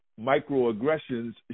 microaggressions